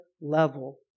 level